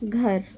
घर